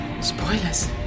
Spoilers